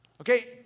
Okay